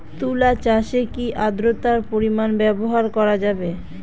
তুলা চাষে কি আদ্রর্তার পরিমাণ ব্যবহার করা যাবে?